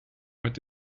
mit